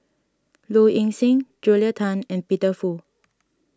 Low Ing Sing Julia Tan and Peter Fu